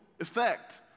effect